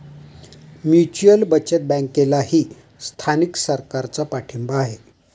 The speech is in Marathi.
म्युच्युअल बचत बँकेलाही स्थानिक सरकारचा पाठिंबा आहे